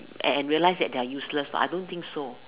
and and realised that they're useless but I don't think so